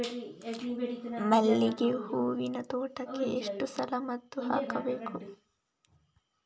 ಮಲ್ಲಿಗೆ ಹೂವಿನ ತೋಟಕ್ಕೆ ಎಷ್ಟು ಸಲ ಮದ್ದು ಹಾಕಬೇಕು?